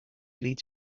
leads